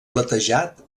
platejat